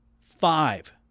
five